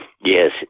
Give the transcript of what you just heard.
Yes